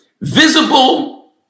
visible